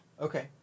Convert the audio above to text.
okay